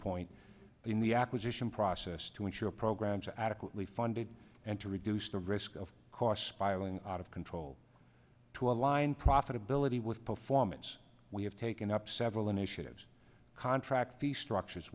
point in the acquisition process to ensure programs are adequately funded and to reduce the risk of cost spiraling out of control to align profitability with performance we have taken up several initiatives contract the structures